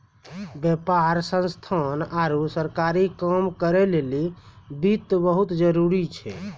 व्यापार संस्थान आरु सरकारी काम करै लेली वित्त बहुत जरुरी छै